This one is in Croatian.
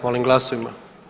Molim glasujmo.